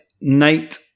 Nate